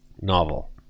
novel